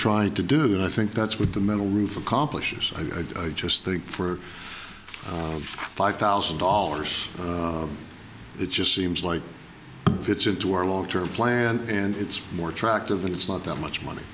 trying to do that i think that's what the metal roof accomplishes i just think for five thousand dollars it just seems like fits into our long term plan and it's more attractive it's not that much money